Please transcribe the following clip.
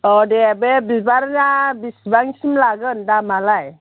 औ दे बे बिबारआ बेसेबांसिम लागोन दामआलाय